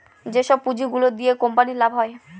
যেসব পুঁজি গুলো দিয়া কোম্পানির লাভ হয়